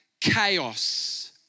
Chaos